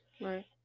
Right